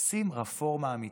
עושים רפורמה אמיתית,